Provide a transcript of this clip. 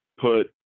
put